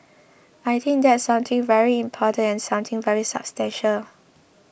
I think that's something very important and something very substantial